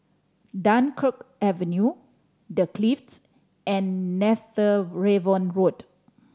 Dunkirk Avenue The Clift and Netheravon Road